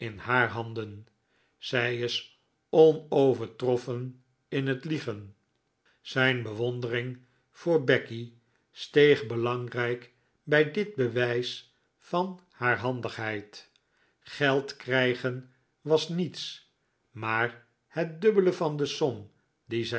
in haar handen zij is onovertroffen in het liegen zijn bewondering voor becky steeg belangrijk bij dit bewijs van haar handigheid geld krijgen was niets maar het dubbele van de som die zij